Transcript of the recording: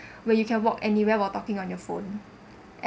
where you can walk anywhere while talking on your phone